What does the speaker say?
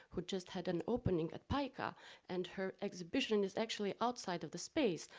who just had an opening at pica and her exhibition is actually outside of the space,